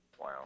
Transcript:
Wow